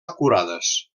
acurades